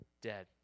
dead